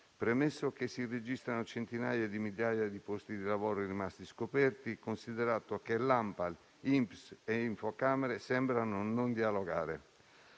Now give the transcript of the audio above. illecite; si registrano centinaia di migliaia di posti di lavoro rimasti scoperti considerato che ANPAL, INPS e Infocamere sembrano non dialogare;